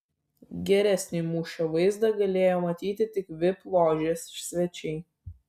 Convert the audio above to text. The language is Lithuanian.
geresnį mūšio vaizdą galėjo matyti tik vip ložės svečiai